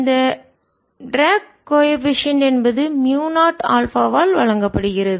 இந்த drag coefficient என்பது mu naught ஆல்பாவால் வழங்கப்படுகிறது